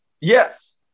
Yes